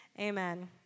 Amen